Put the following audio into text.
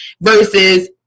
versus